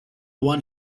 one